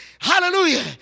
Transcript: Hallelujah